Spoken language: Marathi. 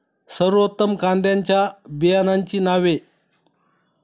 सर्वोत्तम कांद्यांच्या बियाण्यांची नावे?